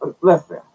Listen